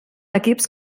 equips